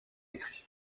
écrit